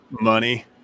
money